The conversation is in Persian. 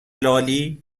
لالی